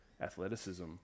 athleticism